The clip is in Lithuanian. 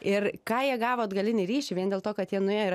ir ką jie gavo atgalinį ryšį vien dėl to kad jie nuėjo ir